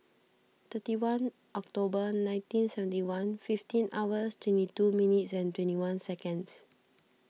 thirty one October nineteen seventy one fifteen hours twenty two minute and twenty one seconds